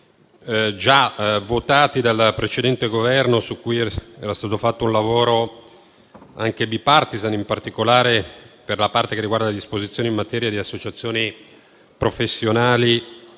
già votati dal precedente Governo, su cui era stato fatto un lavoro anche *bipartisan*, in particolare per la parte che riguarda le disposizioni in materia di associazioni professionali